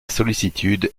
sollicitude